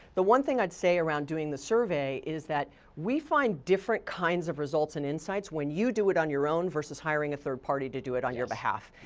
the one thing i'd say around doing the survey is that we find different kinds of results, and insights when you do it on your own versus hiring a third party to do it on your behalf.